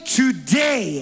today